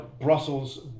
Brussels